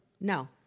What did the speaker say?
No